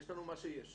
יש לנו מה שיש.